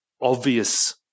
obvious